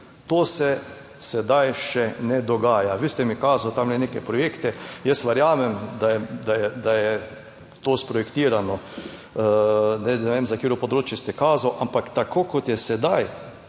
to se sedaj še ne dogaja. Vi ste mi kazal tam neke projekte. Jaz verjamem, da je to sprojektirano, ne vem za katero področje ste kazal, ampak tako kot je sedaj